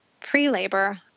pre-labor